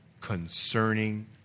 concerning